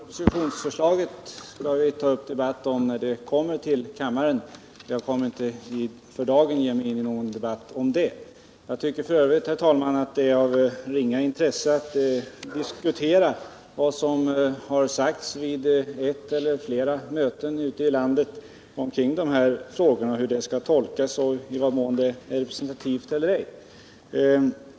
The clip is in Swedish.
Herr talman! Om själva propositionen skall vi ta upp debatt när den behandlas i kammaren. För dagen vill jag inte ge mig in i någon debatt. F. ö. tycker jag, herr talman, att det är av ringa intresse att diskutera vad som sagts på ett eller annat möte ute i landet i de här frågorna — hur förslaget skall tolkas och i vad mån det är representativt eller ej.